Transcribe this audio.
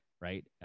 right